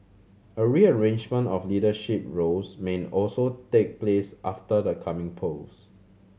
a rearrangement of leadership roles may also take place after the coming polls